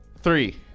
Three